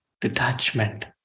detachment